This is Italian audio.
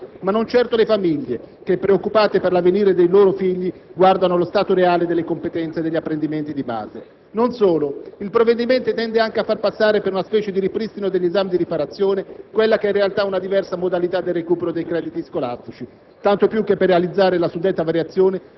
preferiscono ancora quella meramente assistenziale, ma non certo le famiglie che, preoccupate per l'avvenire dei loro figli, guardano allo stato reale delle competenze e degli apprendimenti di base. Non solo. Il provvedimento tende anche a far passare per una specie di ripristino degli esami di riparazione quella che in una realtà è una diversa modalità del recupero dei debiti scolastici,